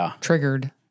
triggered